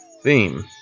theme